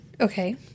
okay